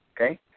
okay